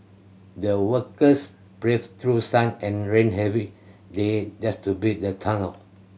the workers braved through sun and rain every day just to build the tunnel